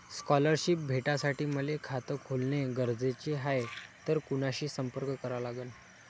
Scholarship भेटासाठी मले खात खोलने गरजेचे हाय तर कुणाशी संपर्क करा लागन?